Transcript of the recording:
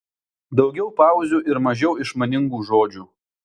daugiau pauzių ir mažiau išmaningų žodžių